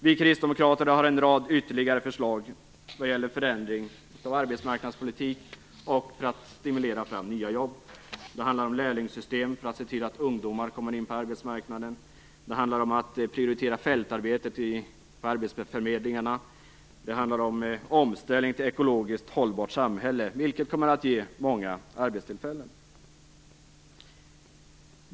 Vi kristdemokrater har en rad ytterligare förslag vad gäller förändring av arbetsmarknadspolitiken och för att stimulera fram nya jobb. Det handlar om lärlingssystem för att se till att ungdomar kommer in på arbetsmarknaden, det handlar om att prioritera fältarbete på arbetsförmedlingarna, det handlar om omställning till ett ekologiskt hållbart samhälle, vilket kommer att ge många arbetstillfällen.